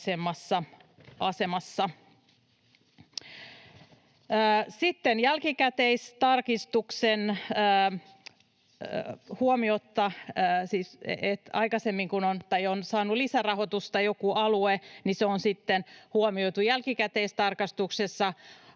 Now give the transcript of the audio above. Sitten jälkikäteistarkistuksesta, että aikaisemmin kun joku alue on saanut lisärahoitusta, niin se on sitten huomioitu jälkikäteistarkastuksessa